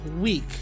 week